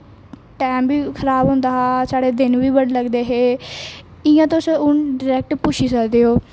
time बी खराब़ होंदा हो ते साढ़े दिन बी बडे़ लगदे हे इयां तुस उनेंगी डरैक्ट पुच्छी सकदे हो